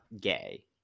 gay